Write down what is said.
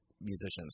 musicians